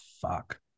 fuck